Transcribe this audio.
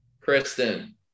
Kristen